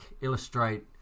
illustrate